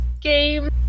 game